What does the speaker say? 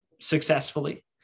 successfully